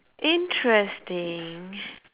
interesting